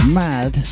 mad